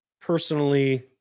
personally